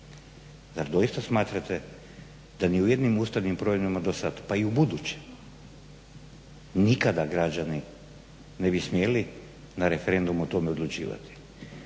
Zar doista smatrate da ni u jednim ustavnim promjenama do sada pa i ubuduće nikada građani ne bi smjeli na referendumu to odlučivati.